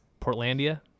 portlandia